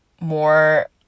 more